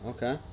Okay